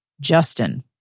Justin